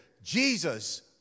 Jesus